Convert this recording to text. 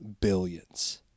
billions